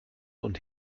und